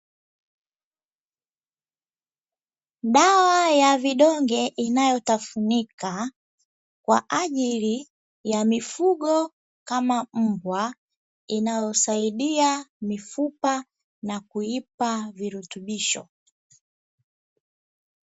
Dawa ya vidonge inayotafunika kwa ajili ya mifugo kama: mbwa inayosaidia mifupa na kuipa virutubisho.